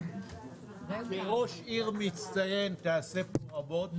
כראש עיר מצטיין תעשה פה רבות,